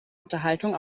unterhaltung